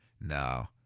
No